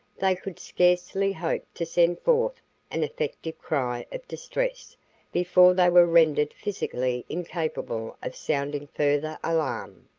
they could scarcely hope to send forth an effective cry of distress before they were rendered physically incapable of sounding further alarm.